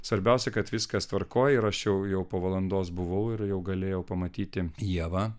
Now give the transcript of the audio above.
svarbiausia kad viskas tvarkoj ir aš jau jau po valandos buvau ir jau galėjau pamatyti ievą